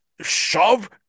shove